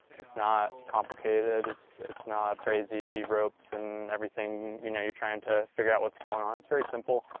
it's not complicated, it's it's not crazy ropes and everything you know you're trying to figure out what's going on. it's very simple.